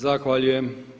Zahvaljujem.